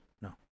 no